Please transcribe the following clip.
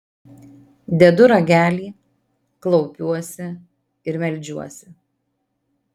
dedu ragelį klaupiuosi ir meldžiuosi